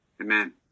Amen